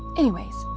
anyways,